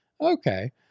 Okay